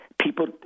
people